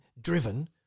Driven